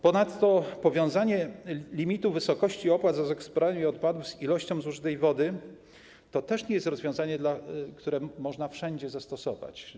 Ponadto powiązanie limitu wysokości opłat za zagospodarowanie odpadów z ilością zużytej wody to też nie jest rozwiązanie, które można wszędzie zastosować.